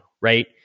right